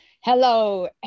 Hello